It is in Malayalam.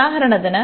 ഉദാഹരണത്തിന്